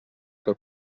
que